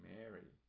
Mary